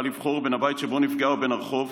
לבחור בין הבית שבו נפגעה לבין הרחוב.